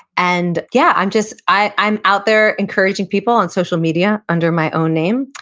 and yeah, i'm just, i'm out there encouraging people on social media under my own name,